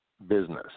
business